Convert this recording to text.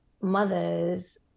mothers